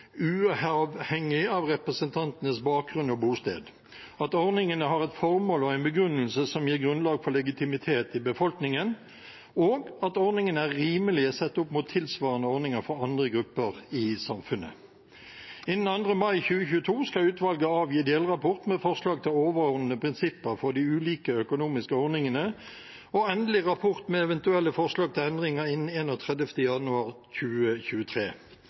uavhengig av representantenes bakgrunn og bosted, at ordningene har et formål og en begrunnelse som gir grunnlag for legitimitet i befolkningen, og at ordningene er rimelige sett opp mot tilsvarende ordninger for andre grupper i samfunnet. Innen 2. mai 2022 skal utvalget avgi delrapport med forslag til overordnede prinsipper for de ulike økonomiske ordningene, og endelig rapport med eventuelle forslag til endringer innen 31. januar 2023.